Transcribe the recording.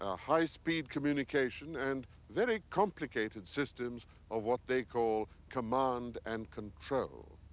ah high speed communication, and very complicated systems of what they call command and control.